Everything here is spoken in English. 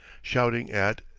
shouted at,